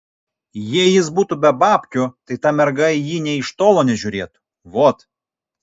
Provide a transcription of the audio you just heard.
jei jis butų be babkių tai ta merga į jį nė iš tolo nežiūrėtų vot